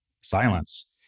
Silence